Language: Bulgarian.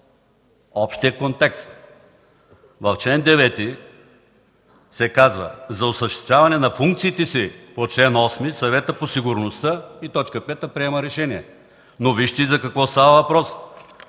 общия контекст. В чл. 9 се казва: „За осъществяване на функциите си по чл. 8 Съветът по сигурността: „...5. приема решения;”. Но вижте за какво става въпрос